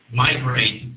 migrate